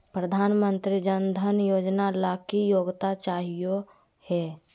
प्रधानमंत्री जन धन योजना ला की योग्यता चाहियो हे?